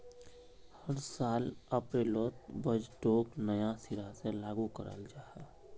हर साल अप्रैलोत बजटोक नया सिरा से लागू कराल जहा